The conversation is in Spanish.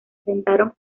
asentaron